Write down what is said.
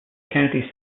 county